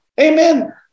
Amen